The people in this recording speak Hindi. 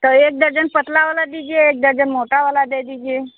तो एक दर्जन पतला वाला दीजिए एक दर्जन मोटा वाला दे दीजिए